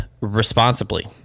responsibly